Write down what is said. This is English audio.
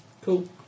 Cool